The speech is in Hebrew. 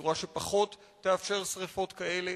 בצורה שפחות תאפשר שרפות כאלה.